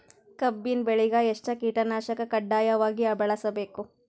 ಕಬ್ಬಿನ್ ಬೆಳಿಗ ಎಷ್ಟ ಕೀಟನಾಶಕ ಕಡ್ಡಾಯವಾಗಿ ಬಳಸಬೇಕು?